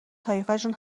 طایفشون